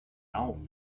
auf